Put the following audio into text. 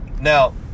Now